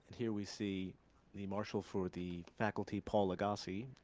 here we see the marshal for the faculty, paul lagace,